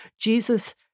Jesus